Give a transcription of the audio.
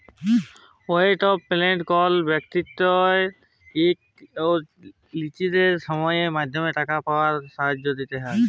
warrant of payment কল ব্যক্তিকে ইকট লিরদিসট সময়ের মধ্যে টাকা পাউয়ার জ্যনহে দিয়া হ্যয়